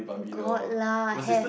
got lah have